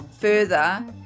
further